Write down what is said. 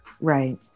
Right